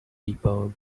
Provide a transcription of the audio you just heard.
people